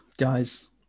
Guys